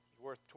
worth